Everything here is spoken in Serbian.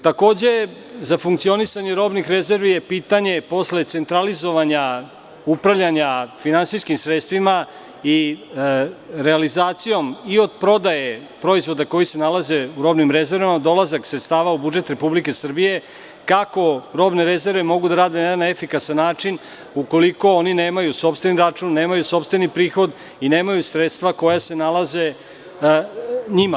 Takođe, za funkcionisanje robnih rezervi je pitanje posle centralizovanja, upravljanja finansijskim sredstvima i realizacijom i od prodaje proizvoda koji se nalaze u robnim rezervama, dolazak sredstava u budžet Republike Srbije, kako robne rezerve mogu da rade na jedan efikasan način ukoliko oni nemaju sopstveni račun, nemaju sopstveni prihod i nemaju sredstva koja se nalaze u njima.